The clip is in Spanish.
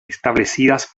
establecidas